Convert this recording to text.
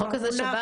החוק הזה שבא,